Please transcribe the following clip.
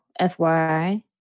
fyi